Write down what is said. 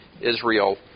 Israel